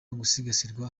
gusigasirwa